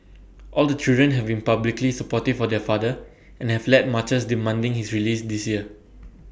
all the children have been publicly supportive of their father and have led marches demanding his release this year